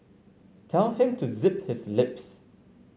tell him to zip his lip